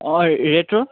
অঁ এইটো